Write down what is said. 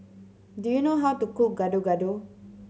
do you know how to cook Gado Gado